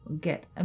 get